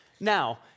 Now